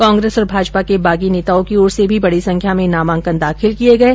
कांग्रेस और भाजपा के बागी नेताओं की ओर से भी बडी संख्या में नामांकन दाखिल किये गये